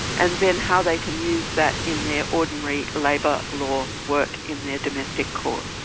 and then how they can use that in their ordinary labour law work in their domestic courts.